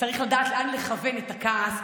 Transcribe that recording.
צריך לדעת לאן לכוון את הכעס,